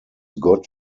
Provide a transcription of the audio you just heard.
gott